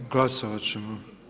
Glasovat ćemo.